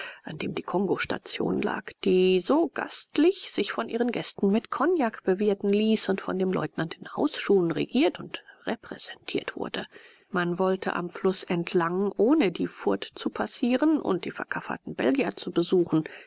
an dem die kongostation lag die so gastlich sich von ihren gästen mit kognak bewirten ließ und von dem leutnant in hausschuhen regiert und repräsentiert wurde man wollte am fluß entlang ohne die furt zu passieren und die verkafferten belgier zu besuchen